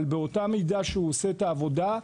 אבל באותה מידה שהוא עושה את העבודה,